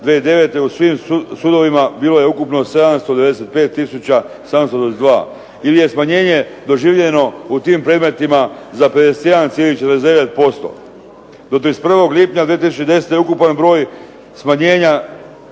u svim sudovima bilo je ukupno 795722 ili je smanjenje doživljeno u tim predmetima za 51,49%. Do 31. lipnja 2010. ukupan broj smanjenja